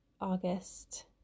August